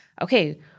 okay